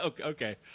Okay